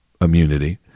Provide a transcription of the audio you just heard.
immunity